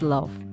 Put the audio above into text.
Love